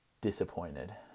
disappointed